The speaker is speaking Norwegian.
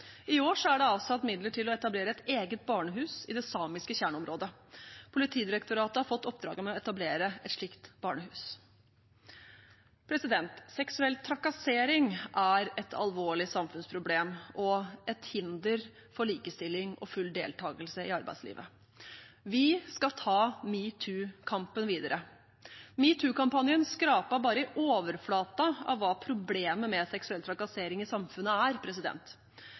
I år er det avsatt midler til å etablere et eget barnehus i det samiske kjerneområdet. Politidirektoratet har fått oppdraget med å etablere et slikt barnehus. Seksuell trakassering er et alvorlig samfunnsproblem og et hinder for likestilling og full deltakelse i arbeidslivet. Vi skal ta Metoo-kampen videre. Metoo-kampanjen skrapet bare i overflaten av hva problemet med seksuell trakassering i samfunnet er.